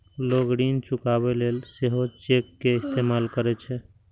लोग ऋण चुकाबै लेल सेहो चेक के इस्तेमाल करै छै